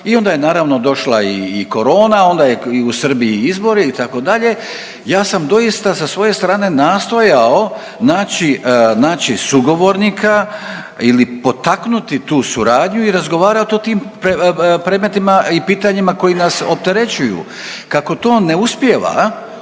i onda je naravno, došla i korona, onda je i u Srbiji izbori, itd., ja sam doista sa svoje strane nastojao naći sugovornika ili potaknuti tu suradnju i razgovarao o tom predmetima i pitanjima koji nas opterećuju. Kako to ne uspijeva,